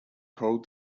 called